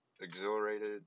exhilarated